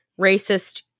racist